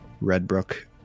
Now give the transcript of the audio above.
Redbrook